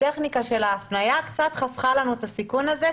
הטכניקה של ההפנייה קצת חסכה לנו את הסיכון הזה.